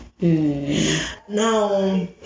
Now